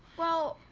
well,